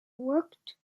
worked